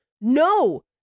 No